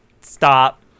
stop